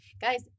guys